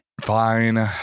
Fine